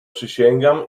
przysięgam